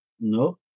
No